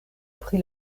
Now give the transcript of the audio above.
pri